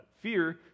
Fear